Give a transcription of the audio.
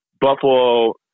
Buffalo